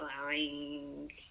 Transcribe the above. allowing